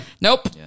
Nope